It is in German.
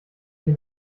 den